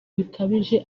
bikabije